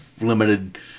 limited